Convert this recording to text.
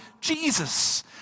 Jesus